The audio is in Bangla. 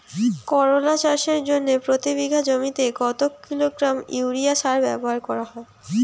করলা চাষের জন্য প্রতি বিঘা জমিতে কত কিলোগ্রাম ইউরিয়া সার ব্যবহার করা হয়?